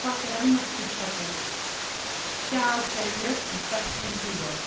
کۄکرَن مۄکھتہٕ چھَکُن شال ژٔلِتھ بَٹھٮ۪ن چوب